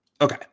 Okay